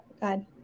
god